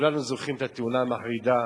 כולנו זוכרים את התאונה המחרידה